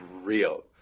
real